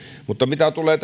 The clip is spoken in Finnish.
mutta mitä tulee